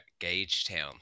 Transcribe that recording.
Gagetown